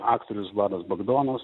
aktorius vladas bagdonas